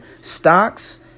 stocks